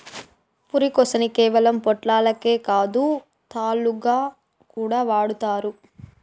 పురికొసని కేవలం పొట్లాలకే కాదు, తాళ్లుగా కూడా వాడతండారు